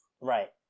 Right